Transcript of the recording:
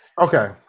Okay